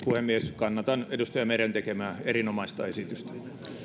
puhemies kannatan edustaja meren tekemää erinomaista esitystä